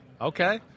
Okay